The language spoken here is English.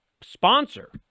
Sponsor